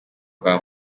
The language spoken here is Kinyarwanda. kwa